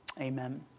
Amen